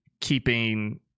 keeping